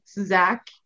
Zach